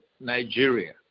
Nigeria